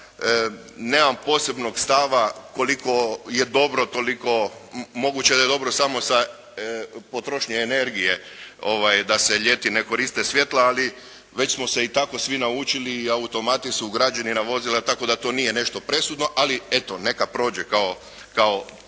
nemam posebnog stava koliko je dobro, toliko moguće da je dobro samo sa potrošnje energije da se ljeti ne koriste svijetla, ali već smo se i tako svi naučili i automati su ugrađeni na vozila, tako da to nije nešto presudno, ali eto neka prođe kao promjena.